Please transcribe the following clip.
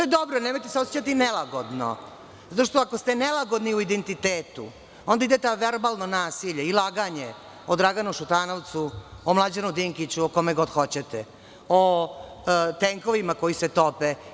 Nemojte se osećati nelagodno, zato što ako ste nelagodni u identitetu, onda idete u verbalno nasilje i laganje o Draganu Šutanovcu, o Mlađanu Dinkiću, o kome kog hoćete, o tenkovima koji se tope.